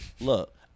look